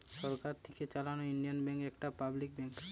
সরকার থিকে চালানো Indian bank একটা পাবলিক ব্যাঙ্ক